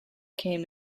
came